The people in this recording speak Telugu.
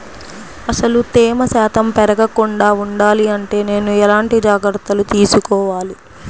అసలు తేమ శాతం పెరగకుండా వుండాలి అంటే నేను ఎలాంటి జాగ్రత్తలు తీసుకోవాలి?